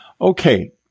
okay